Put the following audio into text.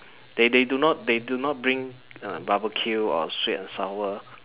they they do not they do not bring uh barbecue or sweet and sour